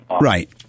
Right